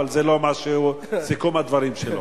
אבל זה לא סיכום הדברים שלו.